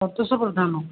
Santosh Pradhan